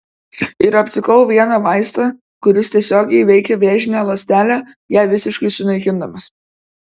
ir aptikau vieną vaistą kuris tiesiogiai veikia vėžinę ląstelę ją visiškai sunaikindamas